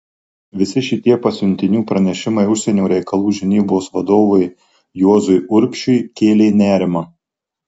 visi šitie pasiuntinių pranešimai užsienio reikalų žinybos vadovui juozui urbšiui kėlė nerimą